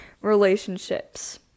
relationships